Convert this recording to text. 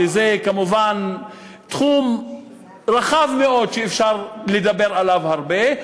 וזה כמובן תחום רחב מאוד שאפשר לדבר עליו הרבה,